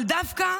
אבל דווקא